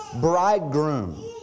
bridegroom